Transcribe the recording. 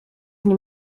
nim